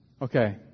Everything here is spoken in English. Okay